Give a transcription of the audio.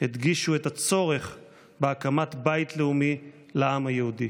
הדגישו את הצורך בהקמת בית לאומי לעם היהודי.